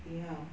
ya